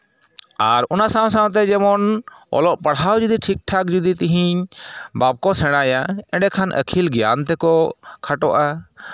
ᱟᱨ ᱚᱱᱟ ᱥᱟᱶ ᱥᱟᱶᱛᱮ ᱡᱮᱢᱚᱱ ᱚᱞᱚᱜ ᱯᱟᱲᱦᱟᱣ ᱡᱩᱫᱤ ᱴᱷᱤᱠ ᱴᱷᱟᱠ ᱛᱮᱦᱤᱧ ᱵᱟᱠᱚ ᱥᱮᱬᱟᱭᱟ ᱮᱸᱰᱮᱠᱷᱟᱱ ᱟᱹᱠᱤᱞ ᱜᱮᱭᱟᱱ ᱛᱮᱠᱚ ᱠᱷᱟᱴᱚᱜᱼᱟ